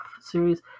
series